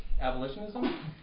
abolitionism